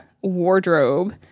wardrobe